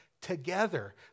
together